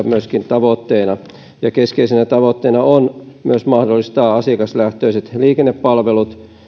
myöskin tavoitteena keskeisenä tavoitteena on myös mahdollistaa asiakaslähtöiset liikennepalvelut